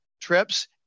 trips